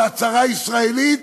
על הצהרה ישראלית